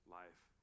life